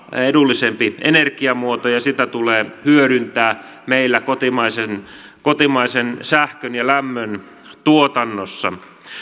edullisempia energiamuotoja ja niitä tulee hyödyntää meillä kotimaisen kotimaisen sähkön ja lämmön tuotannossa